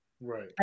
Right